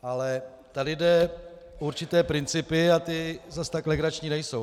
Ale tady jde o určité principy a ty zas tak legrační nejsou.